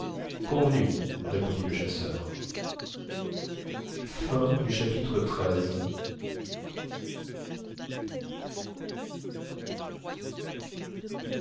convenu répondit le chasseur chapitre